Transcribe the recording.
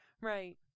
Right